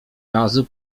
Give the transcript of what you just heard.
razu